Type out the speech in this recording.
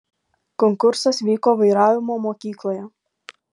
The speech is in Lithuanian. konkursas vyko vairavimo mokykloje